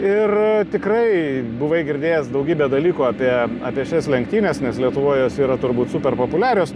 ir tikrai buvai girdėjęs daugybę dalykų apie apie šias lenktynes nes lietuvoj jos yra turbūt super populiarios